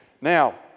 Now